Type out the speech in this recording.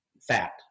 fat